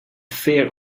fear